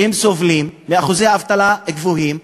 שסובלים מאחוזי אבטלה גבוהים,